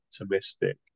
optimistic